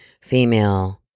female